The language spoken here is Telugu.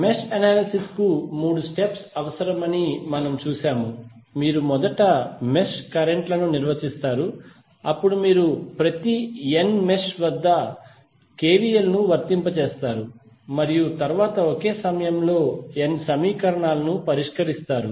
మెష్ అనాలిసిస్ కు మూడు స్టెప్స్ అవసరమని మనము చూశాము మీరు మొదట మెష్ కరెంట్ లను నిర్వచిస్తారు అప్పుడు మీరు ప్రతి n మెష్ వద్ద KVL ను వర్తింపజేస్తారు మరియు తరువాత ఒకే సమయం లో n సమీకరణాలను పరిష్కరిస్తారు